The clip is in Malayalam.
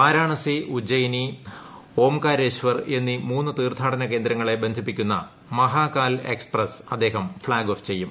വാരാണസി ഉജ്ജയിനി ഓംകാരോ ശ്വർ എന്നീ മൂന്നു തീർത്ഥാടന കേന്ദ്രങ്ങളെ ബന്ധിപ്പിക്കുന്ന മഹാ കാൽ എക്സ്പ്രസ് അദ്ദേഹം ഫ്ളാഗ്ഓഫ് ചെയ്യും